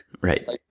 Right